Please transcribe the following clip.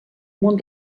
món